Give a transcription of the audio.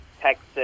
Texas